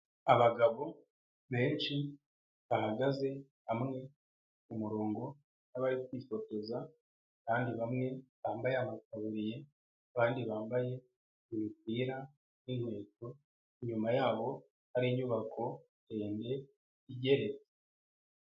Abagabo benshi bahagaze hamwe ku murongo bari bifotoza kandi bamwe bambaye amataburiye abandi bambaye imipira n'inkweto, inyuma yabo hari inyubako ndende igeretse.